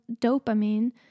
dopamine